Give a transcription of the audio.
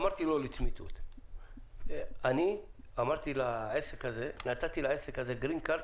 אמרתי לו לצמיתות, אני נתתי לעסק הזה גרין קארד